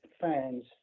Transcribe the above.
fans